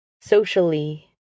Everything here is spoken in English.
socially